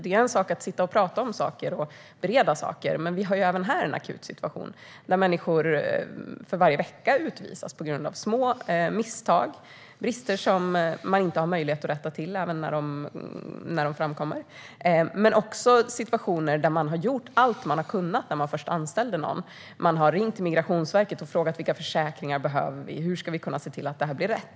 Det är en sak att sitta och prata om och bereda saker, men vi har ju en akut situation där människor utvisas varje vecka, på grund av små misstag och brister som man inte har möjlighet rätta till när de framkommer. Vi har också situationer där man har gjort allt man har kunnat när man först anställde. Man har ringt Migrationsverket och frågat vilka försäkringar som behövs och hur man kan se till att det blir rätt.